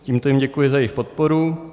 Tímto jim děkuji za jejich podporu.